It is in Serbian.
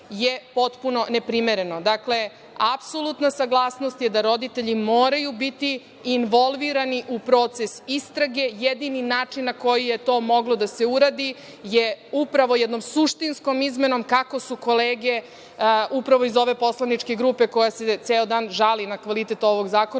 je potpuno neprimereno. Dakle, apsolutna saglasnost je da roditelji moraju biti involvirani u proces istrage. Jedini način na koji je to moglo da se uradi je upravo jednom suštinskom izmenom, kako su kolege upravo iz ove poslaničke grupe koja se ceo dan žali na kvalitet ovog zakona,